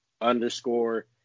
underscore